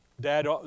Dad